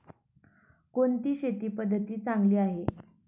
कोणती शेती पद्धती चांगली आहे?